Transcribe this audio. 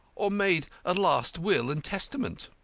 or made a last will and testament?